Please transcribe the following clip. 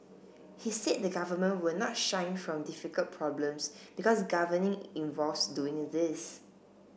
he said the government will not shy from difficult problems because governing involves doing these